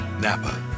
Napa